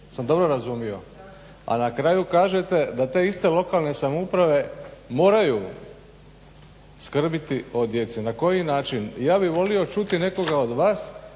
Jesam dobro razumio? A na kraju kažete da te iste lokalne samouprave moraju skrbiti o djeci. Na koji način? Ja bih volio čuti nekoga od vas